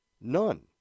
None